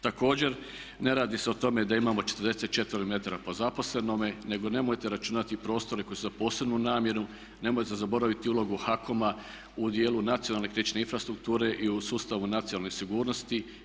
Također ne radi se o tome da imamo 44m po zaposlenome nego nemojte računati prostore koji su za posebnu namjenu, nemojte zaboraviti ulogu HAKOM-a u dijelu nacionalne kritične infrastrukture i u sustavu nacionalne sigurnosti.